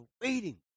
waiting